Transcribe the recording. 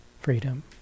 Freedom